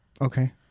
Okay